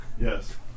Yes